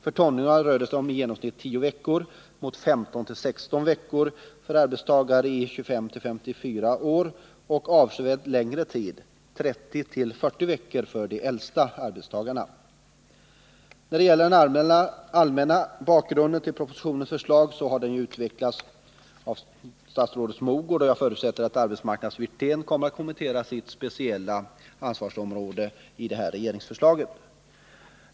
För tonåringarna rör det sig i genomsnitt om 10 veckor mot 15-16 veckor för arbetstagare i åldern 25-54 år och avsevärt längre tid, 30-40 veckor, för de äldsta arbetstagarna. Den allmänna bakgrunden till propositionens förslag har delvis utvecklats av statsrådet Mogård, och jag förutsätter att arbetsmarknadsminister Wirtén kommer att kommentera sitt speciella ansvarsområde i det här regeringsförslaget.